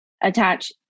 attach